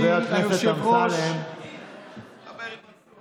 אדוני היושב-ראש, חבר הכנסת אמסלם.